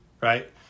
Right